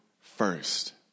first